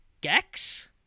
Gex